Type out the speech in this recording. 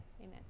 amen